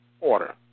order